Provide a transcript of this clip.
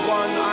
one